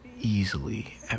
easily